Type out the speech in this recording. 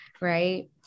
right